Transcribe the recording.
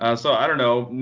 and so i don't know.